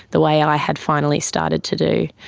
the way i had finally started to do,